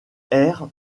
errent